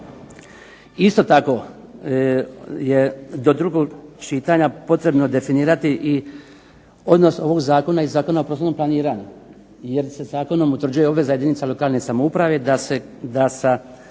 Isto tako je do drugog čitanja potrebno definirati odnos ovog zakona i Zakona o poslovnom planiranju, jer se zakonom utvrđuje obveza jedinica lokalne samouprave da se